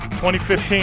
2015